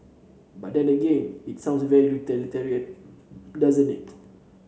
but again it sounds very utilitarian doesn't it